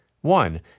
one